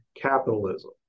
capitalism